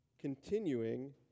continuing